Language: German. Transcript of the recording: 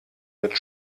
mit